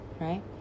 right